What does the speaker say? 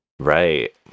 Right